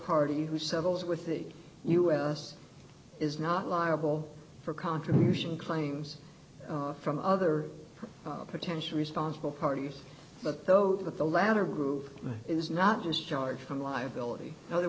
party who settles with the us is not liable for contribution claims from other potential responsible parties but those of the latter group is not just charge from liability the